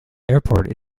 airport